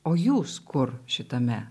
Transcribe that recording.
o jūs kur šitame